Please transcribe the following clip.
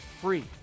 free